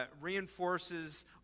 reinforces